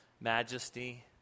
majesty